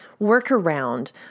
workaround